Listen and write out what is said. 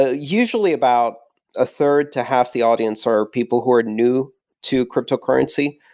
ah usually about a third to half the audience are people who are new to cryptocurrency.